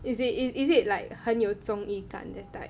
is it is it like 很有综艺感 that type